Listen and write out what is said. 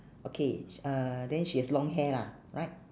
okay sh~ uh then she has long hair lah right